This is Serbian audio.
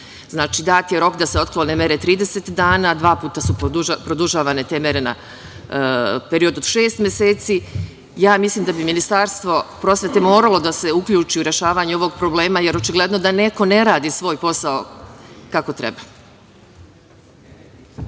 Znači, dat je rok da se otklone mere 30 dana, dva puta su produžavane te mere na period od šest meseci. Mislim da bi Ministarstvo prosvete moralo da se uključi u rešavanje ovog problema, jer očigledno da neko ne radi svoj posao kako treba.